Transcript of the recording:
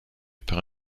par